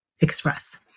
express